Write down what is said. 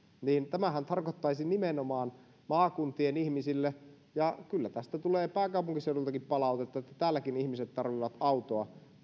tämähän tarkoittaisi aivan kohtuutonta verorasitusta nimenomaan maakuntien ihmisille ja kyllä tästä tulee pääkaupunkiseudultakin palautetta että täälläkin ihmiset tarvitsevat autoa